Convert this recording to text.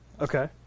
Okay